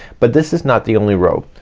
but this is not the only row ah,